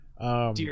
Dear